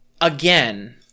Again